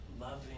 loving